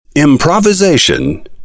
Improvisation